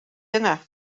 yna